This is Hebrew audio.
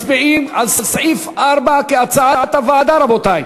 מצביעים על סעיף 4, כהצעת הוועדה, רבותי.